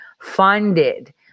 funded